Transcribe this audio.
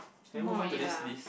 no more already lah